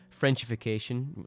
Frenchification